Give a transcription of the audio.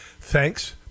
thanks